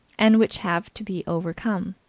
and which have to be overcome.